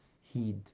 heed